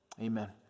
Amen